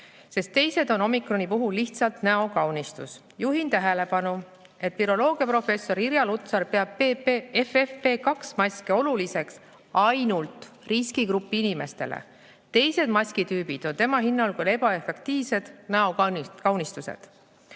sest teised on omikroni puhul lihtsalt näokaunistus."" Juhin tähelepanu, et viroloogiaprofessor Irja Lutsar peab FFP2-maske oluliseks ainult riskigrupi inimestele. Teised maskitüübid on tema hinnangul ebaefektiivsed näokaunistused. Õiguskantsleri